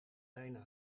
bijna